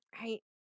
right